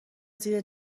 زیر